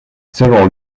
several